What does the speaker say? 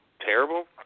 terrible